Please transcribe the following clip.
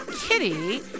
Kitty